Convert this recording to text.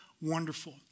wonderful